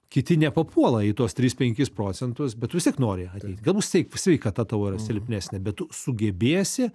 kiti nepapuola į tuos tris penkis procentus bet vis tiek nori ateit galbūt svei sveikata tavo yra silpnesnė bet tu sugebėsi